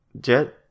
Jet